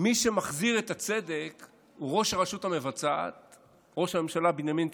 מי שמחזיר את הצדק הוא ראש הרשות המבצעת ראש הממשלה בנימין נתניהו,